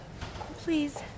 Please